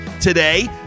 today